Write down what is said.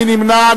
מי נמנע?